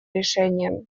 решением